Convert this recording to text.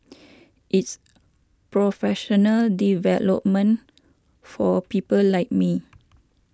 it's professional development for people like me